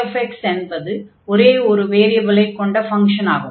φ என்பது ஒரே ஒரு வேரியபிலை கொண்ட ஃபங்ஷன் ஆகும்